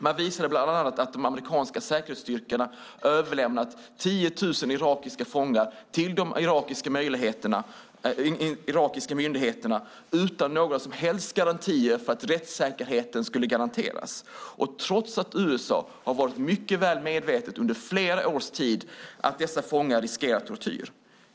Man visade bland annat att de amerikanska säkerhetsstyrkorna överlämnat 10 000 irakiska fångar till de irakiska myndigheterna utan några som helst garantier för att de skulle behandlas rättssäkert och trots att USA under flera års tid har varit mycket väl medvetet om att dessa fångar riskerade tortyr.